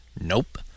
Nope